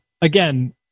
again